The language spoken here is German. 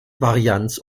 varianz